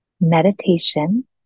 meditation